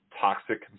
toxic